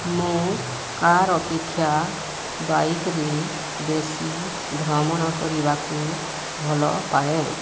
ମୁଁ କାର୍ ଅପେକ୍ଷା ବାଇକ୍ରେ ବେଶୀ ଭ୍ରମଣ କରିବାକୁ ଭଲପାଏ